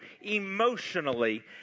emotionally